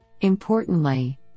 Importantly